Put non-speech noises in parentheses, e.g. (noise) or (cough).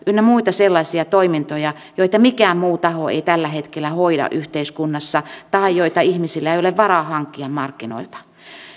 (unintelligible) ynnä muita sellaisia toimintoja joita mikään muu taho ei tällä hetkellä hoida yhteiskunnassa tai joita ihmisillä ei ole varaa hankkia markkinoilta